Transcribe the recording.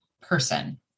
person